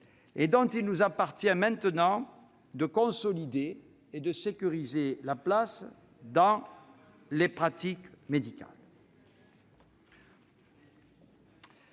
ampleur. Il nous appartient maintenant de consolider et de sécuriser sa place parmi les pratiques médicales.